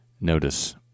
Notice